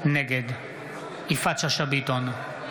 נגד יפעת שאשא ביטון,